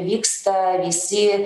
vyksta visi